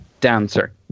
dancer